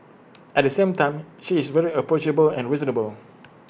at the same time she is very approachable and reasonable